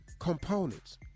components